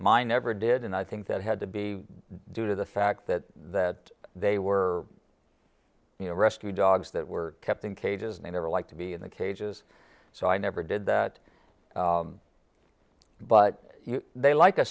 mine never did and i think that had to be due to the fact that that they were you know rescue dogs that were kept in cages they never like to be in the cages so i never did that but they like a